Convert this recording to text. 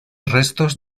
restos